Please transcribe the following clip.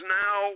now